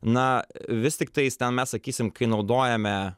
na vis tiktais ten mes sakysim kai naudojame